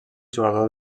jugador